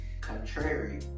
contrary